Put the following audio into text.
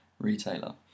retailer